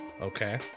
Okay